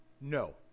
No